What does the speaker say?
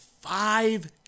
five